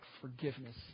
forgiveness